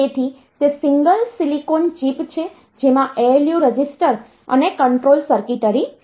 તેથી તે single silicon chip છે જેમાં ALU રજિસ્ટર અને કંટ્રોલ સર્કિટરી છે